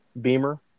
Beamer